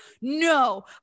No